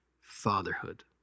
fatherhood